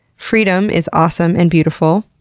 freedom is awesome and beautiful.